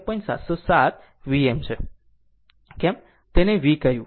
707 Vm છે કેમ તેને V કહ્યું